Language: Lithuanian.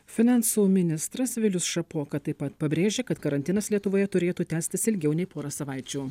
finansų ministras vilius šapoka taip pat pabrėžė kad karantinas lietuvoje turėtų tęstis ilgiau nei porą savaičių